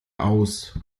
aus